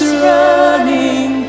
running